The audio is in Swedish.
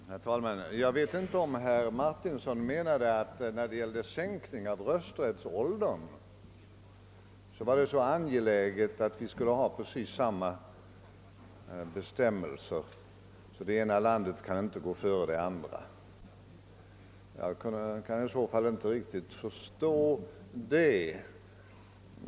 Herr talman! Jag vet inte om herr Martinsson menade att det när det gäl ler rösträttsåldern var så angeläget att vi i Norden skulle ha precis samma bestämmelser så att det ena landet inte lämpligen kunde gå före det andra. Jag kan i så fall inte riktigt förstå det.